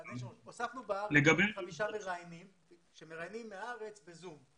הוספנו בארץ חמישה מראיינים שמראיינים מהארץ ב-זום.